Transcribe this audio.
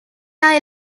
are